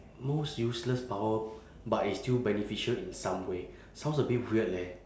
most useless power but it's still beneficial in some way sounds a bit weird leh